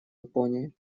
японии